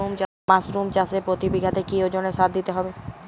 Mushroom চাষে প্রতি বিঘাতে কি ওজনে সার দিতে হবে?